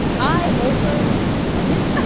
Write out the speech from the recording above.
i also love him.